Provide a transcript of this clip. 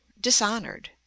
dishonored